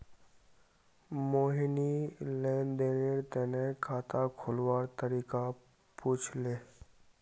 मोहिनी लेन देनेर तने खाता खोलवार तरीका पूछले